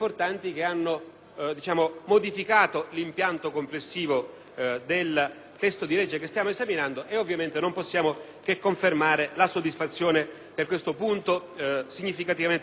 hanno modificato l'impianto complessivo del testo di legge che stiamo esaminando. Ovviamente, non possiamo che confermare la soddisfazione per questo punto significativamente riconosciuto.